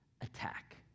attack